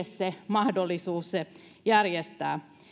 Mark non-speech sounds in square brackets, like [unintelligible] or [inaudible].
[unintelligible] se mahdollisuus järjestää